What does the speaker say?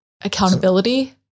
accountability